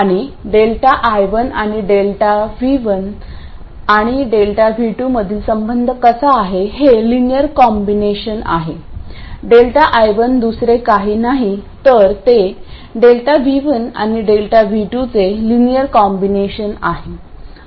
आणि ΔI1 आणि ΔV1 आणि ΔV2 मधील संबंध कसा आहे हे लीनियर कॉम्बिनेशन आहे ΔI1 दुसरे काही नाही तर ΔV1 आणि ΔV2 चे लीनियर कॉम्बिनेशन आहे